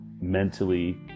mentally